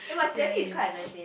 Jie-Ling